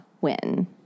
win